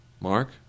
Mark